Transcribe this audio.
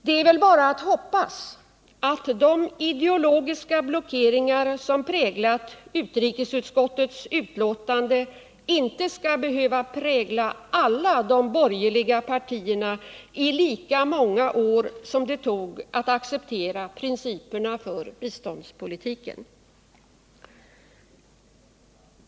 Det är väl bara att hoppas att de ideologiska blockeringar som präglat utrikesutskottets betänkande inte skall behöva prägla alla de borgerliga partierna i lika många år som det tog att acceptera principerna för biståndspolitiken.